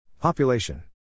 Population